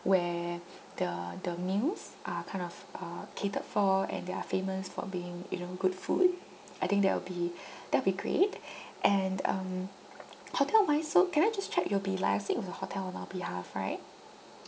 where the the meals are kind of uh catered for and they are famous for being you know good food I think that will be that'll be great and um hotel wise so can I just check you'll be liaising with the hotel on our behalf right